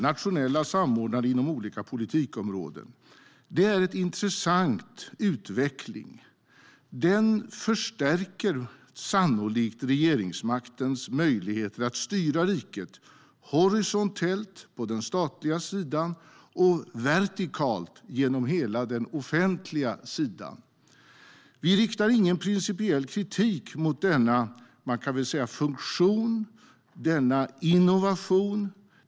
Nationella samordnare inom olika politikområden är en intressant utveckling. Den förstärker sannolikt regeringsmaktens möjligheter att styra riket horisontellt, på den statliga sidan, och vertikalt, genom hela den offentliga sidan. Vi riktar ingen principiell kritik mot denna funktion eller denna innovation.